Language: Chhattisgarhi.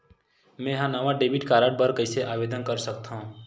मेंहा नवा डेबिट कार्ड बर कैसे आवेदन कर सकथव?